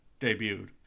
debuted